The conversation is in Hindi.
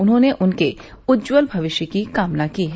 उन्होंने उनके उज्जवल भविष्य की कामना की है